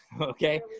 Okay